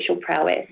prowess